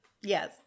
Yes